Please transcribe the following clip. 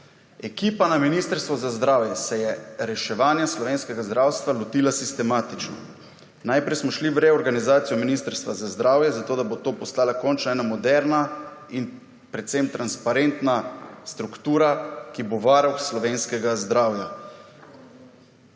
Ekipa na ministrstvu za zdravje se je reševanja slovenskega zdravstva lotila sistematično. Najprej smo šli v reorganizacijo Ministrstva za zdravje, zato da bo to postala končno eno moderna in predvsem transparentna struktura, ki bo varuh slovenskega zdravja.